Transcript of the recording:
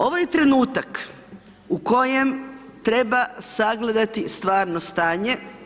Ovo je trenutak u kojem treba sagledati stvarno stanje.